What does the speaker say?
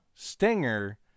Stinger